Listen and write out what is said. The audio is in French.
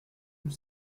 tout